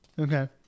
okay